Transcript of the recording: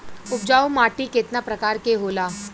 उपजाऊ माटी केतना प्रकार के होला?